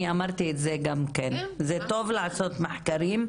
אני אמרתי את זה גם כן, זה טוב לעשות מחקרים.